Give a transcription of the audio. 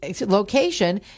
location